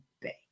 Bay